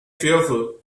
fearful